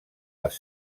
les